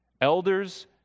Elders